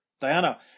Diana